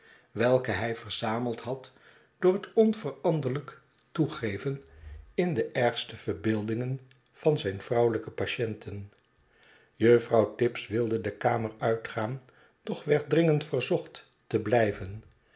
welke hij verzameld had door het onveranderlijk toegeven in de ergste verbeeldingen van zijn vrouwelijke patienten juffrouw tibbs wilde de kamer uitgaan doch werd dringend verzocht te blijven